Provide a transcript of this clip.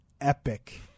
epic